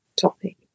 topic